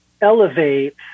elevate